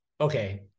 okay